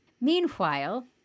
Meanwhile